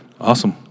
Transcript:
Awesome